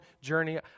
journey